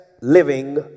living